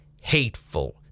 hateful